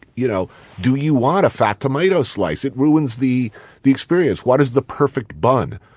you know do you want a fat tomato slice? it ruins the the experience. what is the perfect bun?